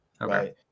right